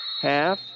half